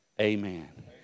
Amen